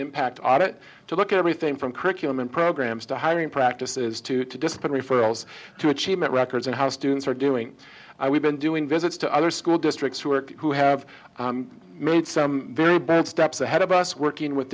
impact audit to look at everything from curriculum in programs to hiring practices to to discipline referrals to achievement records and how students are doing we've been doing visits to other school districts who work who have made some steps ahead of us working with